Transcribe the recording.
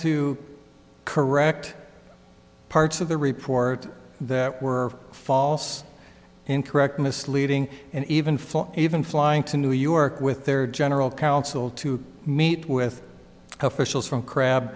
to correct parts of the report that were false incorrect misleading and even fly even flying to new york with their general counsel to meet with officials from crab